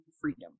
freedom